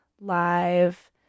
Live